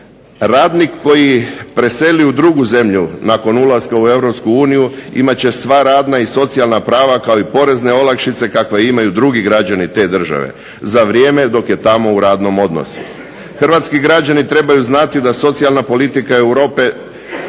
Radnik koji preseli u drugu zemlju nakon ulaska u EU imat će sva radna i socijalna prava kao i porezne olakšice kakve imaju drugi građani te države za vrijeme dok je tamo u radnom odnosu. Hrvatski građani trebaju znati da socijalna politika EU